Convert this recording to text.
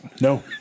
No